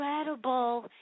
incredible